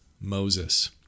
Moses